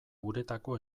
uretako